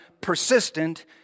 persistent